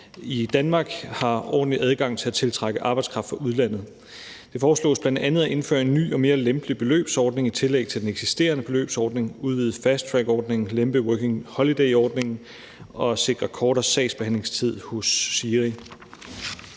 i Danmark har en ordentlig adgang til at tiltrække arbejdskraft fra udlandet. Det foreslås bl.a. at indføre en ny og mere lempelig beløbsordning i tillæg til den eksisterende beløbsordning, udvide fasttrackordningen, lempe Working Holiday-ordningen og sikre kortere sagsbehandlingstid hos SIRI.